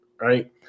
right